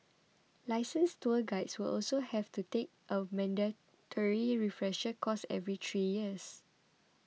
licensed tour guides will also have to take a mandatory terry refresher course every three years